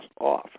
off